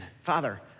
Father